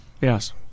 Yes